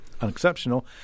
unexceptional